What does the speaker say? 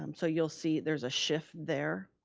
um so you'll see there's a shift there